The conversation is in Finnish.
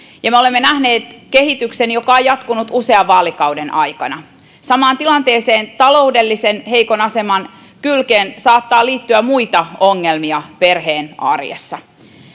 ja me olemme nähneet kehityksen joka on jatkunut usean vaalikauden aikana samaan tilanteeseen taloudellisesti heikon aseman kylkeen saattaa liittyä muita ongelmia perheen arjessa